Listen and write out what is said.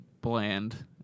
bland